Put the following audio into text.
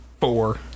Four